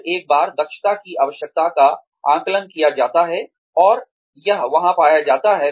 फिर एक बार दक्षता की आवश्यकता का आकलन किया जाता है और यह वहां पाया जाता है